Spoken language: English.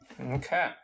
Okay